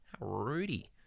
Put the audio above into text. Rudy